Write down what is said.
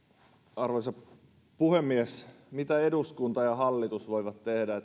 arvoisa puhemies mitä eduskunta ja hallitus voivat tehdä